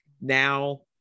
Now